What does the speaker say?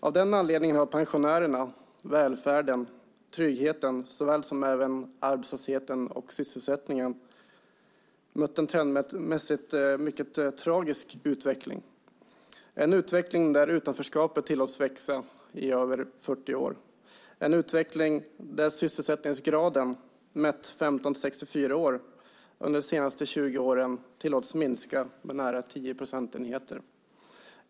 Av den anledningen har pensionärerna, välfärden, tryggheten såväl som även arbetslösheten och sysselsättningen mött en trendmässigt mycket tragisk utveckling. En utveckling där utanförskapet tillåtits växa i över 40 år. En utveckling där sysselsättningsgraden, mätt bland personer mellan 15 och 64 år, under de senaste 20 åren tillåtits minska med nära 10 procentenheter.